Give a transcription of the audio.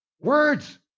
Words